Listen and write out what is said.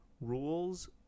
rules